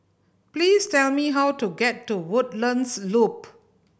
please tell me how to get to Woodlands Loop